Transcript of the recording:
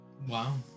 wow